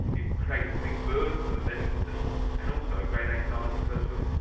it creates a big burden for the medical systems, and and also great anxiety for those women.